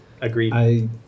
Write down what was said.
agreed